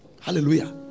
hallelujah